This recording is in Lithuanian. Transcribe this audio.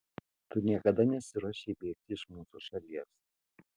tu niekada nesiruošei bėgti iš mūsų šalies